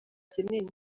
kinini